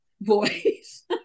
voice